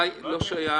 זה לא שייך.